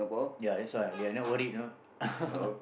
ya that's why they are not worry you know